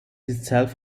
itself